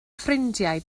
ffrindiau